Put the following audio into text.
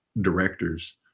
directors